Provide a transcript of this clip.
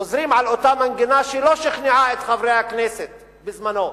חוזרים על אותה מנגינה שלא שכנעה את חברי הכנסת בזמנם,